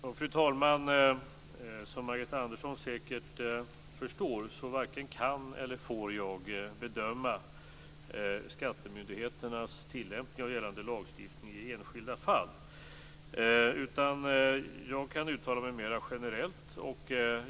Fru talman! Som Margareta Andersson säkert förstår varken kan eller får jag bedöma skattemyndigheternas tillämpning av gällande lagstiftning i enskilda fall, utan jag kan bara uttala mig mera generellt.